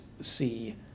see